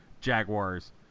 Jaguars